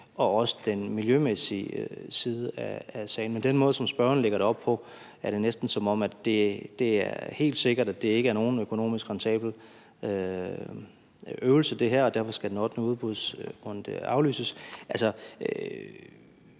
og også den miljømæssige side af sagen. Med den måde, som spørgeren lægger det op på, er det næsten, som om det er helt sikkert, at det her ikke er nogen økonomisk rentabel øvelse, og at den ottende udbudsrunde derfor